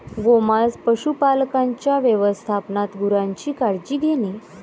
गोमांस पशुपालकांच्या व्यवस्थापनात गुरांची काळजी घेणे